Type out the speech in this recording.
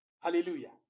Hallelujah